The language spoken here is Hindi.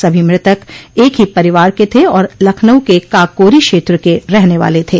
सभी मृतक एक ही परिवार के थे और लखनऊ के काकोरी क्षेत्र के रहने वाले थे